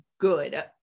good